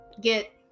get